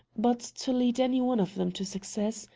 but to lead any one of them to success,